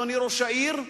אדוני ראש העיר,